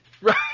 Right